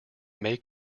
may